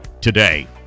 today